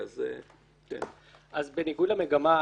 בניגוד למגמה,